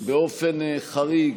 באופן חריג